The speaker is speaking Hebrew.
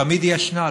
תמיד היא ישנה.